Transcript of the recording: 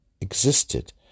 existed